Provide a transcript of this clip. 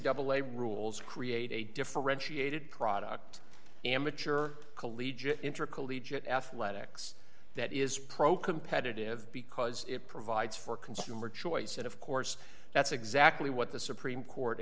double a rules create a differentiated product amateur collegiate intercollegiate athletics that is pro competitive because it provides for consumer choice and of course that's exactly what the supreme court